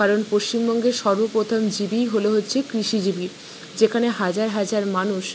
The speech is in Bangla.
কারণ পশ্চিমবঙ্গে সর্ব প্রথম জীবীই হলো হচ্ছে কৃষিজীবী যেখানে হাজার হাজার মানুষ